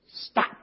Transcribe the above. Stop